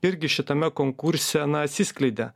irgi šitame konkurse na atsiskleidė